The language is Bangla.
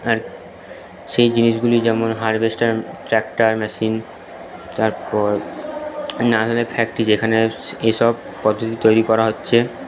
আর সেই জিনিসগুলি যেমন হারভেস্টার ট্র্যাক্টর মেশিন তারপর নানা ধরণের ফ্যাক্টরি যেখানে এই সব পদ্ধতি তৈরি করা হচ্ছে